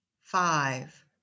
five